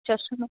ચશ્મા